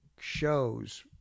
shows